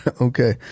Okay